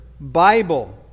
Bible